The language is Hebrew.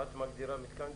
איך את מגדירה מיתקן גז?